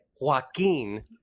Joaquin